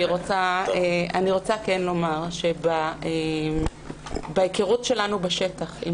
אני רוצה לומר שבהיכרות שלנו בשטח עם